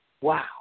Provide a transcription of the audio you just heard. wow